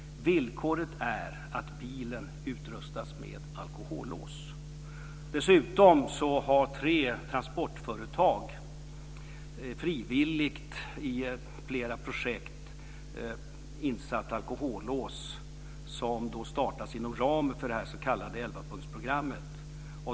Villkoret är att bilen utrustas med alkohollås. Dessutom har tre transportföretag frivilligt i flera projekt insatt alkohollås som startas inom ramen för det s.k. elvapunktsprogrammet.